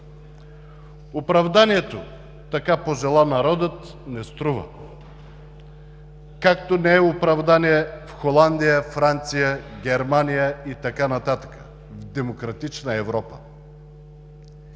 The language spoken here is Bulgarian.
Оправданието „така пожела народът“ не струва, както не е оправдание в Холандия, Франция, Германия и така нататък – в демократична Европа.